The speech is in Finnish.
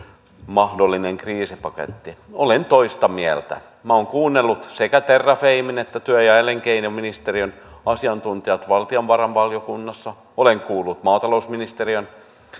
mahdollinen kriisipaketti olen toista mieltä minä olen kuunnellut sekä terrafamen että työ ja elinkeinoministeriön asiantuntijoita valtiovarainvaliokunnassa olen kuullut maatalousministeriön